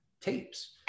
tapes